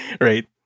Right